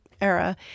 era